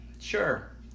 Sure